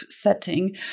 setting